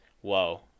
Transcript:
Whoa